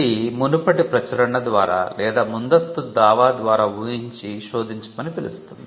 ఇది మునుపటి ప్రచురణ ద్వారా లేదా ముందస్తు దావా ద్వారా ఊహించి శోధించమని పిలుస్తుంది